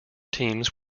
teams